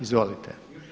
Izvolite.